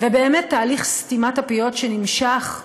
ובאמת תהליך סתימת הפיות שנמשך,